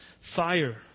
fire